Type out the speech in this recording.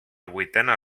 vuitena